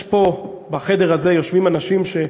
יש פה, בחדר הזה יושבים אנשים ש,